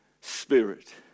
spirit